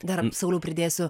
dar sauliui pridėsiu